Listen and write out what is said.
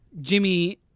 Jimmy